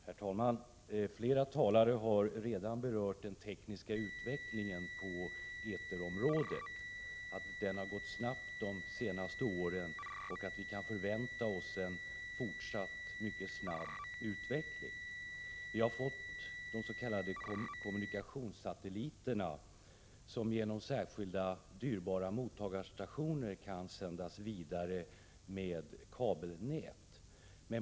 Herr talman! Flera talare har redan berört den tekniska utvecklingen på eterområdet och konstaterat att den gått snabbt de senaste åren samt att vi kan förvänta oss en fortsatt mycket snabb utveckling. Vi har fått de s.k. kommunikationssatelliterna, som genom särskilda dyrbara mottagarstationer kan sända vidare med kabelnät.